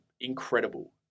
incredible